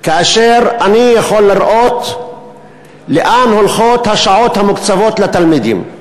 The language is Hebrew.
ואני יכול לראות לאן הולכות השעות המוקצבות לתלמידים.